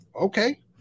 okay